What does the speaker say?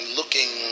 looking